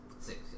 Six